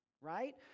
right